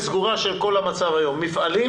היום, מפעלים